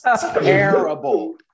terrible